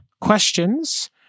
questions